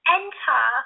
enter